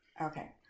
Okay